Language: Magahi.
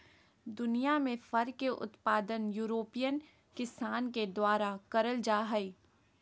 दुनियां में फर के उत्पादन यूरोपियन किसान के द्वारा करल जा हई